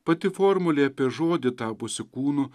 pati formulė apie žodį tapusį kūnu